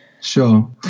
Sure